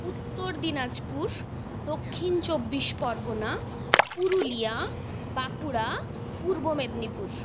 Uttar Dinajpur Dakshin Chabbish Pargana Purulia Bankura Purba Medinipur